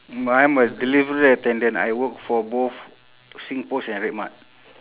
I'm a delivery attendant I work for both singpost and redmart